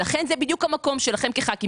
לכן זה בדיוק המקום שלכם כח"כים